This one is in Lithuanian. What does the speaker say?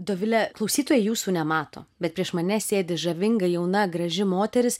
dovile klausytojai jūsų nemato bet prieš mane sėdi žavinga jauna graži moteris